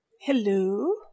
Hello